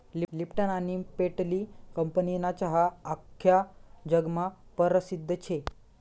Lipton आनी पेटली कंपनीना चहा आख्खा जगमा परसिद्ध शे